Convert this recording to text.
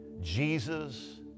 Jesus